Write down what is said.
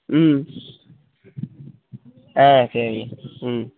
ம் ஆ சரி ம்